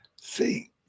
See